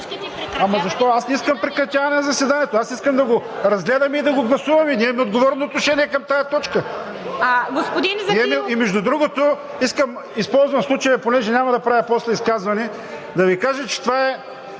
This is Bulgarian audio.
ЗАФИРОВ: Аз не искам прекратяване на заседанието, аз искам да го разгледаме и да го гласуваме. Ние имаме отговорно отношение към тази точка. Между другото, използвам случая – понеже няма да правя после изказване, да Ви кажа, че това е